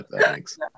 Thanks